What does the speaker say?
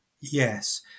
Yes